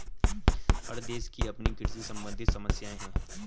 हर देश की अपनी कृषि सम्बंधित समस्याएं हैं